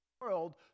world